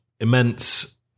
Immense